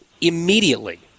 immediately